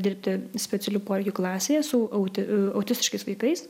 dirbti specialiųjų poreikių klasėje su auti autistiškais vaikais